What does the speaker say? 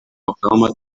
oklahoma